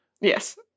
Yes